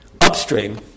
Upstream